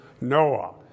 Noah